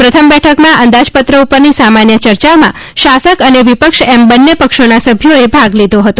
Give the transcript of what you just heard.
પ્રથમ બેઠકમાં અંદાજપત્ર ઉપરની સામાન્ય ચર્ચામાં શાસક અને વિપક્ષ એમ બંને પક્ષોના સભ્યોએ ભાગ લીધો હતો